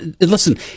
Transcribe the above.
Listen